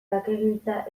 bakegintza